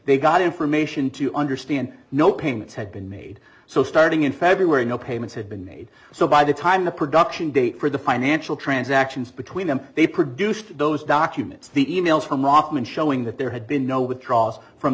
they got information to understand no payments had been made so starting in february no payments had been made so by the time the production date for the financial transactions between them they produced those documents the e mails from laufman showing that there had been no withdrawals from